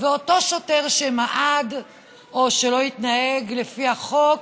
ואותו שוטר שמעד או שלא התנהג לפי החוק